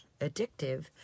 addictive